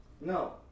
No